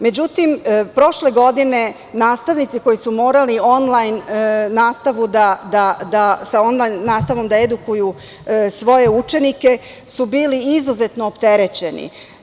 Međutim, prošle godine, nastavnici koji su morali onlajn nastavu, sa onlajn nastavom da edukuju svoje učenike, bili su izuzetno opterećeni.